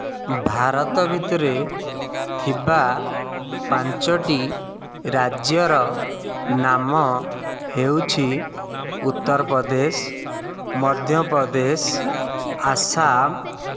ଭାରତ ଭିତରେ ଥିବା ପାଞ୍ଚଟି ରାଜ୍ୟର ନାମ ହେଉଛି ଉତ୍ତରପ୍ରଦେଶ ମଧ୍ୟପ୍ରଦେଶ ଆସାମ